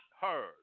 heard